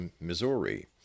Missouri